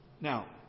Now